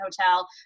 hotel